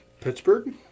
Pittsburgh